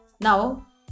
Now